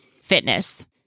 fitness